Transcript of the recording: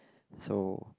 so